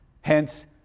Hence